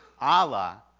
Allah